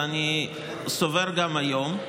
ואני סובר כך גם היום.